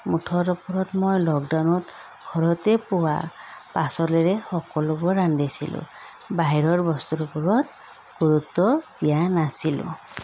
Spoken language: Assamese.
মুঠৰ ওপৰত মই লকডাউনত ঘৰতে পোৱা পাচলিৰে সকলোবোৰ ৰান্ধিছিলোঁ বাহিৰৰ বস্তুৰ ওপৰত গুৰুত্ব দিয়া নাছিলোঁ